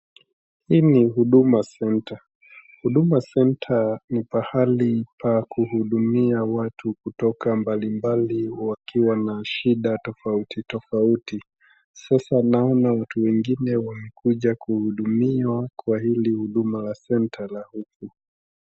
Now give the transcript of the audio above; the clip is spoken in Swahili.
Hii ni Huduma Center, Huduma Center ni pahali pa kuhudumia watu kutoka mbalimbali wakiwa na shida tofauti tofauti. Sasa naona watu wengine wamekuja kuhudumiwa kwa hili Huduma la Center la huku.